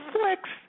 Flex